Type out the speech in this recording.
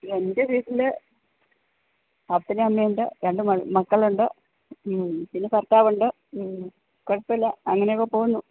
എൻ്റെ വീട്ടിൽ അപ്പനും അമ്മയും ഉണ്ട് രണ്ട് മക്കൾ ഉണ്ട് മ്മ് പിന്നെ ഭർത്താവ് ഉണ്ട് മ്മ് കുഴപ്പമില്ല അങ്ങനെയൊക്കെ പോകുന്നു